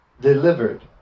delivered